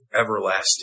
everlasting